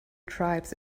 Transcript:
tribes